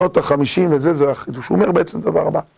שנות החמישים וזה, זה החידוש. הוא אומר בעצם דבר הבא.